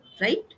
right